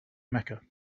mecca